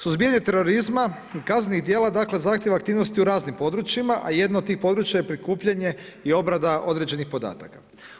Suzbijanje terorizma i kaznenih djela zahtjeva aktivnosti u raznim područjima, a jedno od tih područja je prikupljanje i obrada određenih podataka.